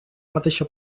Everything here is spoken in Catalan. mateixa